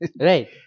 right